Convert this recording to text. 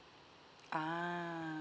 ah